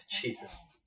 Jesus